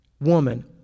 woman